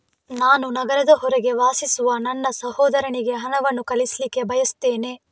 ನಾನು ನಗರದ ಹೊರಗೆ ವಾಸಿಸುವ ನನ್ನ ಸಹೋದರನಿಗೆ ಹಣವನ್ನು ಕಳಿಸ್ಲಿಕ್ಕೆ ಬಯಸ್ತೆನೆ